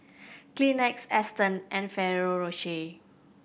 Kleenex Aston and Ferrero Rocher